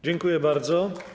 Dziękuję bardzo.